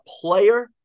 player